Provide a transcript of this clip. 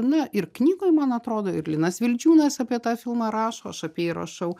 na ir knygoj man atrodo ir linas vildžiūnas apie tą filmą rašo aš apie jį rašau